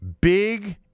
Big